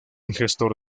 gestor